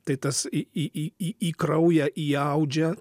tai tas į į į į kraują įaudžia